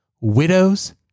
widows